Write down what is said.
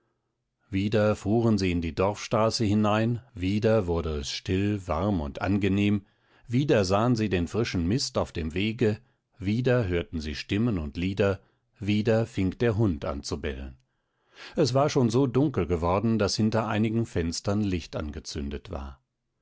wieder fuhren sie in die dorfstraße hinein wieder wurde es still warm und angenehm wieder sahen sie den frischen mist auf dem wege wieder hörten sie stimmen und lieder wieder fing der hund an zu bellen es war schon so dunkel geworden daß hinter einigen fenstern licht angezündet war